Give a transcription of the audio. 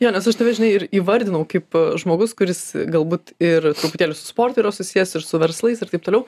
jo nes aš tave žinai ir įvardinau kaip žmogus kuris galbūt ir truputėlį su sportu yra susijęs ir su verslais ir taip toliau